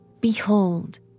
Behold